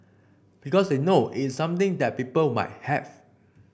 because they know it's something that people might have